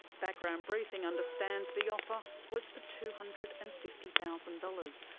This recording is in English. background briefing understands the offer was for two hundred and fifty thousand dollars,